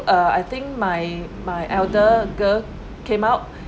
err I think my my elder girl came out